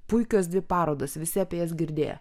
puikios dvi parodas visi apie jas girdėję